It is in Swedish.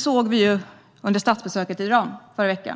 såg vi under statsbesöket i Iran förra veckan.